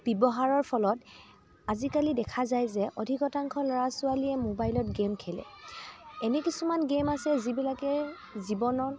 ব্যৱহাৰৰ ফলত আজিকালি দেখা যায় যে অধিক শতাংশ ল'ৰা ছোৱালীয়ে মোবাইলত গেম খেলে এনে কিছুমান গেম আছে যিবিলাকে জীৱনত